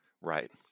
Right